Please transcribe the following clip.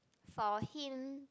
for him